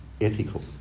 ethical